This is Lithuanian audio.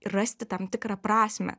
rasti tam tikrą prasmę